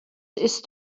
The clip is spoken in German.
ist